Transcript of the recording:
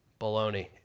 baloney